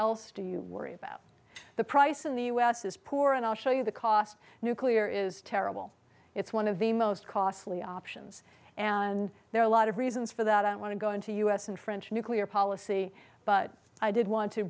else do you worry about the price in the us is poor and i'll show you the cost nuclear is terrible it's one of the most costly options and there are a lot of reasons for that i don't want to go into u s and french nuclear policy but i did want to